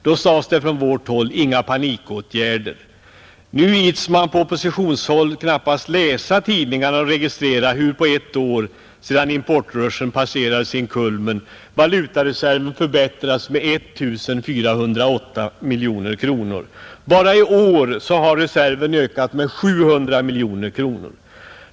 Från vårt håll sade vi då: Inga panikåtgärder! Nu ids man på oppositionshåll knappast läsa tidningarna och registrera hur på ett år, sedan importrushen passerat sin kulmen, valutareserven har förbättrats med 1 408 miljoner kronor. Bara i år har reserven ökat med 700 miljoner.